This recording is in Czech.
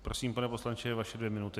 Prosím, pane poslanče, vaše dvě minuty.